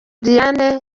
diane